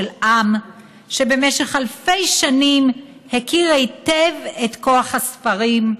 עם שבמשך אלפי שנים הכיר היטב את כוח הספרים,